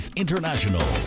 International